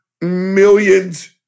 millions